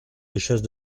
richesse